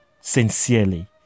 sincerely